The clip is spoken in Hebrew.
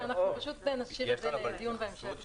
ואנחנו פשוט נשאיר את זה לדיון בהמשך.